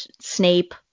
Snape